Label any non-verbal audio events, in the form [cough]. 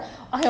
[noise]